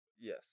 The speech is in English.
Yes